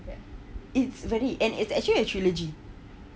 it's very end it's actually a trilogy